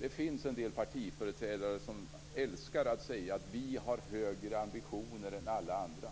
finns det en del partiföreträdare som älskar att säga: Vi har högre ambitioner än alla andra.